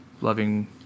loving